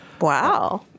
wow